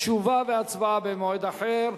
תשובה והצבעה במועד אחר.